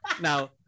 Now